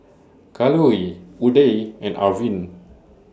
Kalluri Udai and Arvind